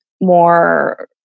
more